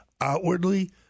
outwardly